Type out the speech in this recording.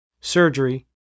surgery